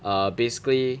err basically